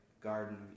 garden